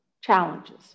challenges